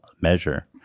measure